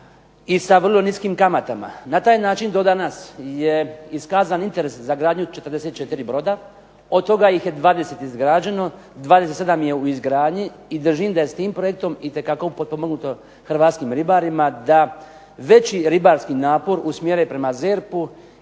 i sa vrlo niskim kamatama. Na taj način do danas je iskazan interes za gradnju 44 broda, od toga ih je 20 izgrađeno, 27 je u izgradnji, i držim da je s tim projektom itekako potpomognuto hrvatskim ribarima da veći ribarski napor usmjere prema ZERP-u